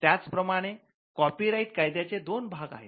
त्याच प्रमाणे copyright कायद्याचे दोन भाग आहेत